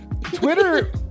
Twitter